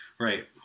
right